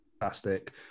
fantastic